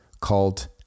called